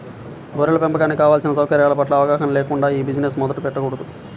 గొర్రెల పెంపకానికి కావలసిన సౌకర్యాల పట్ల అవగాహన లేకుండా ఈ బిజినెస్ మొదలు పెట్టకూడదు